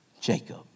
Jacob